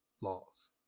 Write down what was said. laws